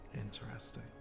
Interesting